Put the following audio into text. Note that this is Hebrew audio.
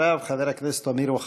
אחריו, חבר הכנסת אמיר אוחנה.